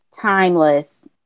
timeless